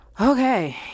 Okay